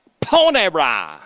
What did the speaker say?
Ponera